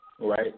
right